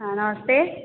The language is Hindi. हाँ नमस्ते